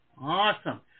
Awesome